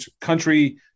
country